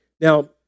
Now